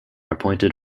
appointed